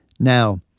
Now